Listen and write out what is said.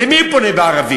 למי הוא פונה בערבית?